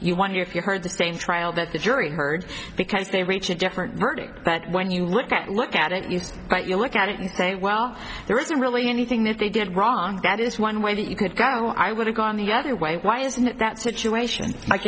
you wonder if you heard the same trial that the jury heard because they reach a different verdict but when you look at look at it used but you look at it and say well there isn't really anything that they did wrong that is one way that you could go i would have gone the other way why isn't that situation